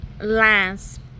last